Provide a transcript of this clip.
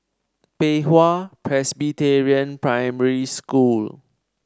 Pei Hwa Presbyterian Primary School